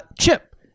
Chip